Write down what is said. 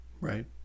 right